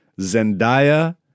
Zendaya